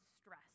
stress